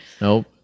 Nope